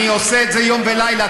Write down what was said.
אני עושה את זה יום ולילה,